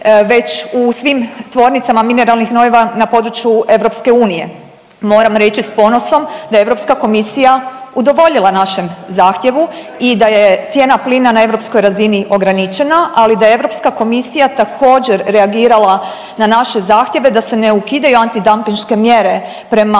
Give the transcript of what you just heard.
već u svim tvornicama mineralnih gnojiva na području EU. Moram reći s ponosom da je Europska komisija udovoljila našem zahtjevu i da je cijena plina na europskoj razini ograničena, ali da je Europska komisija također reagirala na naše zahtjeve da se ne ukidaju antidampinške mjere prema